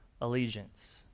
allegiance